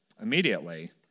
immediately